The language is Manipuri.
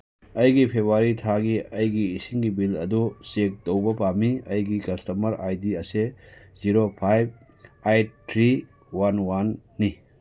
ꯑꯩꯒꯤ ꯐꯦꯕꯋꯥꯔꯤ ꯊꯥꯒꯤ ꯑꯩꯒꯤ ꯏꯁꯤꯡꯒꯤ ꯕꯤꯜ ꯑꯗꯨ ꯆꯦꯛ ꯇꯧꯕ ꯄꯥꯝꯃꯤ ꯑꯩꯒꯤ ꯀꯁꯇꯃꯔ ꯑꯥꯏ ꯗꯤ ꯑꯁꯦ zero five eight three one ꯋꯥꯟꯅꯤ